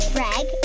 Greg